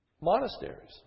monasteries